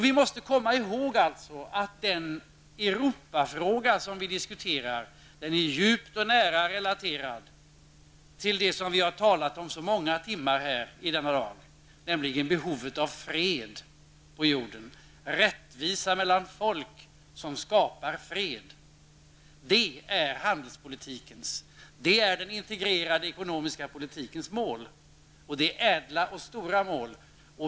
Vi måste komma ihåg att den Europafråga som vi diskuterar är djupt och nära relaterad till det som vi har talat om så många timmar här i denna dag, nämligen behovet av fred på jorden och en rättvisa mellan folken vilken skapar fred. Det är handelspolitikens och den integrerade ekonomiska politikens mål. Det är ädla och stora mål.